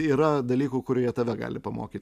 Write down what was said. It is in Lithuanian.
yra dalykų kurių jie tave gali pamokyt